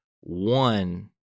one